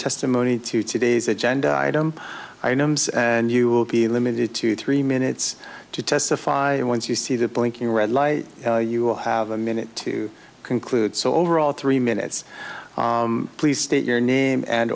testimony to today's agenda item numbers and you will be limited to three minutes to testify once you see the blinking red light you will have a minute to conclude so overall three minutes please state your name and